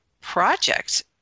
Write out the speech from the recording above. projects